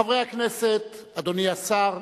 חברי הכנסת, אדוני השר,